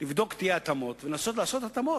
לבדוק את ההתאמות ולנסות לעשות התאמות,